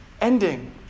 ending